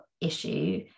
issue